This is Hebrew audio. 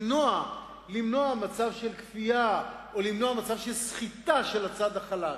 למנוע מצב של כפייה או למנוע מצב של סחיטה של הצד החלש.